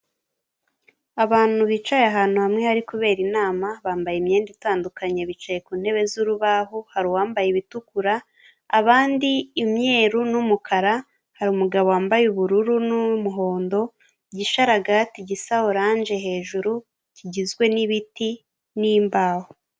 Abantu bicaye ahantu hamwe hari kubera inama bambaye imyenda itandukanye, bicaye ku ntebe z'urubaho hari uwambaye ibitukura; abandi imyeru n'umukara hari umugabo wambaye ubururu n'umuhondo, igisharagati gisa oranje hejuru kigizwe n'ibiti n'imbaho.